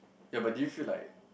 yea but did you feel like